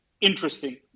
interesting